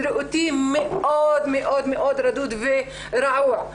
בריאותי מאוד מאוד רדוד ורעוע.